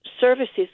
services